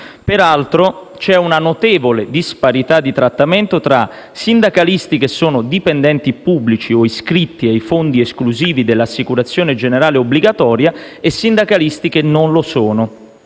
Peraltro, c'è una notevole disparità di trattamento tra sindacalisti che sono dipendenti pubblici o iscritti ai fondi esclusivi dell'assicurazione generale obbligatoria e sindacalisti che non lo sono.